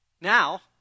Now